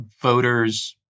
voters